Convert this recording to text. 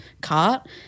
cart –